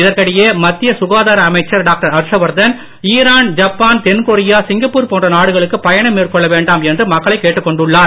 இதற்கிடையே மத்திய சுகாதார அமைச்சர் doctor Harsh Vardhan Iran Japan தென்கொரியா சிங்கப்பூர் போன்ற நாடுகளுக்கு மேற்கொள்ளவேண்டாம் பயணம் என்று மக்களை கேட்டுக்கொண்டுள்ளார்